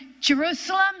Jerusalem